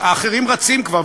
האחרים רצים כבר,